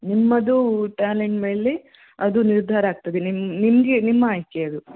ನಿಮ್ಮದು ಟ್ಯಾಲೆಂಟ್ ಮೇಲೆ ಅದು ನಿರ್ಧಾರ ಆಗ್ತದೆ ನಿಮ್ ನಿಮಗೆ ನಿಮ್ಮ ಆಯ್ಕೆ ಅದು